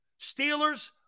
Steelers